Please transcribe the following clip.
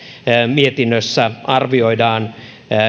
mietinnössä arvioidaan